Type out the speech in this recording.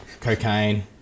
Cocaine